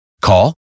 Call